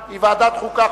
היא ועדת החוקה,